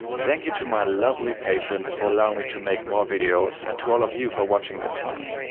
thank you to my lovely patrons for allowing me to make more videos, and to all of you for watching this one.